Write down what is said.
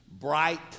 bright